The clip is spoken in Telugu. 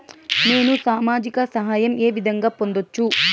నేను సామాజిక సహాయం వే విధంగా పొందొచ్చు?